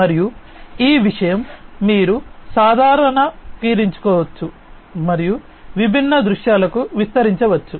మరియు ఈ విషయం మీరు సాధారణీకరించవచ్చు మరియు విభిన్న దృశ్యాలకు విస్తరించవచ్చు